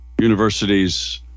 universities